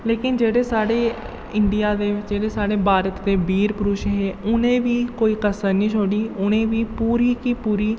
लेकन जेह्ड़े साढ़े इंडिया दे बिच्च जेह्ड़े साढ़े भारत दे बीर पुरश हे उ'नें बी कोई कसर निं छोड़ी उ'नें बी पूरी की पूरी